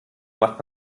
macht